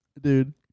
Dude